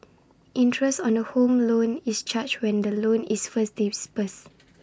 interest on A home loan is charged when the loan is first disbursed